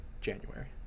January